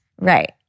Right